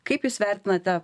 kaip jūs vertinate